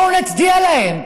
בואו נצדיע להם.